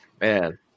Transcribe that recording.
Man